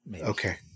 Okay